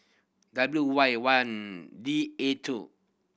W Y one D A two